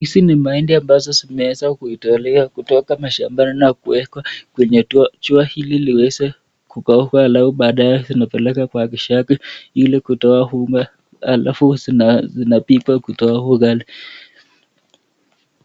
Hizi ni mahindi Ambazo zimeweza kutolewa mashambani na kuwekwa kwenye jua, ili ziweze kukauka ili zipelekwe kwa kisiagi ili kutoa unga alafu inapikwa ili kutoka ugali